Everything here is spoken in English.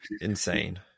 insane